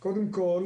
אני מבקש קודם כל,